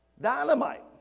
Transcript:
Dynamite